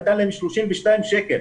נתן להם 32 שקלים,